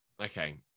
Okay